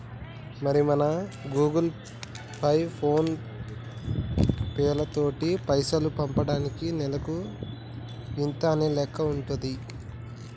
మరి మనం Google Pay ఫోన్ పేలతోటి పైసలు పంపటానికి నెలకు గింత అనే లెక్క ఉంటుంది